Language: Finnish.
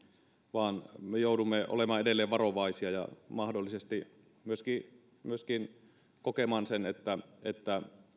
vaan me joudumme olemaan edelleen varovaisia ja mahdollisesti myöskin myöskin kokemaan sen että että